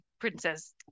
Princess